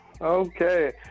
Okay